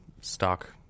stock